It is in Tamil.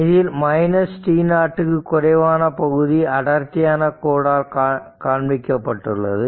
இதில் t0 க்கு குறைவான பகுதி அடர்த்தியான கோடால் காண்பிக்கப்பட்டுள்ளது